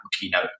keynote